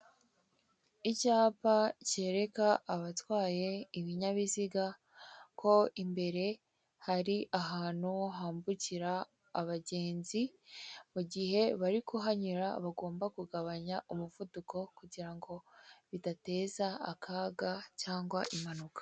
Icyapa kereka abatwaye ibinyabiziga ko imbere hari ahantu hambukira abagenzi mu gihe bari kuhanyura bagomba kugabanya umuvuduko kugirango bidateza akaga cyangwa impanuka.